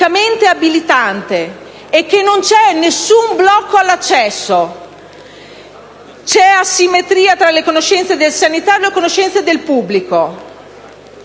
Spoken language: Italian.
automaticamente abilitante e non c'è nessun blocco all'accesso. C'è asimmetria tra le conoscenze del sanitario e del pubblico.